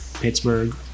pittsburgh